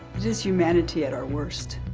it is humanity at our worst.